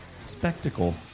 Spectacle